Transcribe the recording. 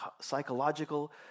psychological